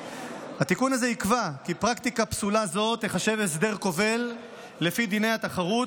התיקון הזה יקבע כי פרקטיקה פסולה זו תיחשב הסדר כובל לפי דיני התחרות,